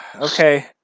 Okay